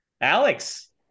Alex